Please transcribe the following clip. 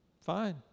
Fine